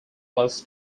was